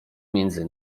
między